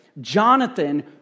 Jonathan